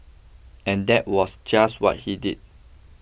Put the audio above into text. and that was just what he did